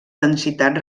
densitat